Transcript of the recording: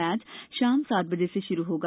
match शाम सात बजे से शुरू होगा